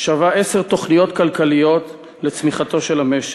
שווה עשר תוכניות כלכליות לצמיחתו של המשק.